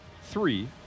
three